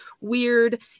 weird